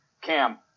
Cam